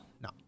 No